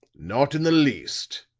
not in the least.